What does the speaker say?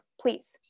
please